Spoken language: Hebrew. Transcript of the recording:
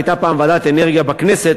הייתה פעם ועדת אנרגיה בכנסת,